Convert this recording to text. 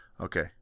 Okay